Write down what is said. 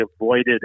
avoided